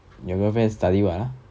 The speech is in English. your girlfriend study what ah